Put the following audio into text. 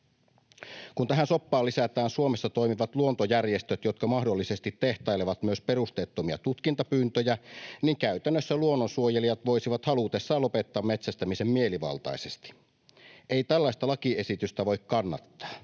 Kun tähän soppaan lisätään Suomessa toimivat luontojärjestöt, jotka mahdollisesti tehtailevat myös perusteettomia tutkintapyyntöjä, niin käytännössä luonnonsuojelijat voisivat halutessaan lopettaa metsästämisen mielivaltaisesti. Ei tällaista lakiesitystä voi kannattaa,